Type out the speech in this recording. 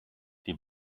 die